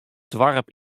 doarp